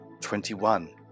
Twenty-one